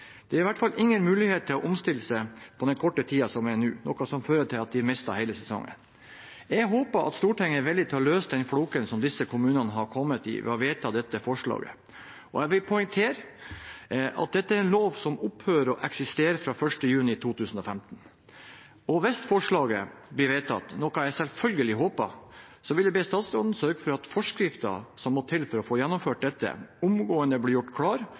De har i hvert fall ingen mulighet til å omstille seg på den korte tiden som er nå, noe som fører til at de mister hele sesongen. Jeg håper at Stortinget er villig til å løse den floken som disse kommunene har kommet i, ved å vedta dette forslaget. Jeg vil poengtere at dette er en lov som opphører å eksistere fra 1. juni 2015. Hvis forslaget blir vedtatt, noe jeg selvfølgelig håper, vil jeg be statsråden sørge for at forskriften som må til for å få gjennomført dette, omgående blir gjort klar,